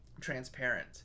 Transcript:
transparent